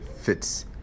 fits